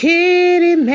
Kitty